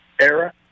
era